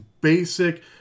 basic